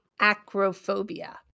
acrophobia